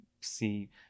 see